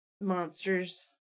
Monsters